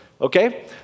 Okay